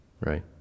Right